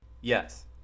Yes